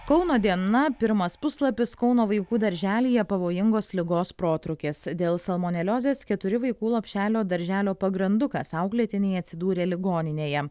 kauno diena pirmas puslapis kauno vaikų darželyje pavojingos ligos protrūkis dėl salmoneliozės keturi vaikų lopšelio darželio pagrandukas auklėtiniai atsidūrė ligoninėje